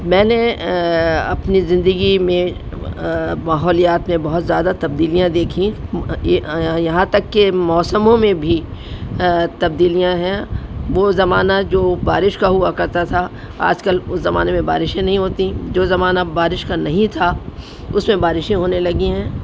میں نے اپنی زندگی میں ماحولیات میں بہت زیادہ تبدیلیاں دیکھیں یہاں تک کہ موسموں میں بھی تبدیلیاں ہیں وہ زمانہ جو بارش کا ہوا کرتا تھا آج کل اس زمانے میں بارشیں نہیں ہوتیں جو زمانہ بارش کا نہیں تھا اس میں بارشیں ہونے لگی ہیں